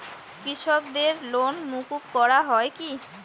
কৃষকদের লোন মুকুব করা হয় কি?